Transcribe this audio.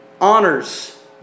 honors